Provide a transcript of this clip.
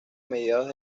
mediados